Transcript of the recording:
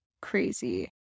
crazy